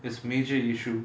is major issue